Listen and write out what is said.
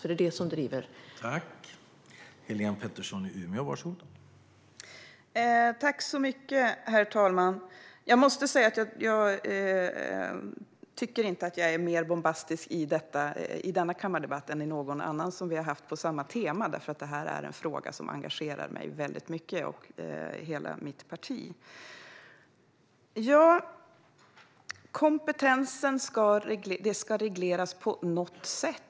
Det är det som driver framåt.